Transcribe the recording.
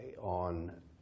on